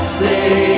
say